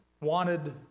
wanted